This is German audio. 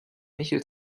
michel